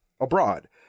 abroad